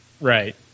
Right